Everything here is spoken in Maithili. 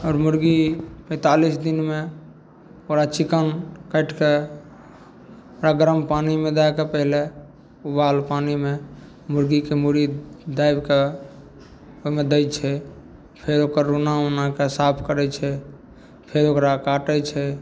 आओर मुरगी पैँतालिस दिनमे बड़ा चिकन काटिके ओकरा गरम पानिमे दैके पहिले उबाल पानिमे मुरगीके मूड़ी दाबिके ओहिमे दै छै फेर ओकर रोइआँ ओइआँके साफ करै छै फेर ओकरा काटै छै